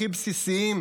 הכי בסיסיים,